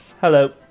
Hello